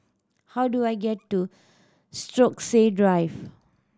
how do I get to Stokesay Drive